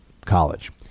college